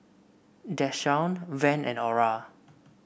Deshaun Van and Ora